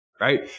right